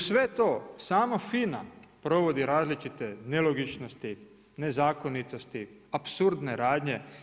Uz sve to sama FINA provodi različite nelogičnosti, nezakonitosti, apsurdne radnje.